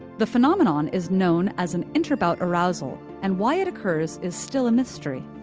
the phenomenon is known as an interbout arousal, and why it occurs is still a mystery.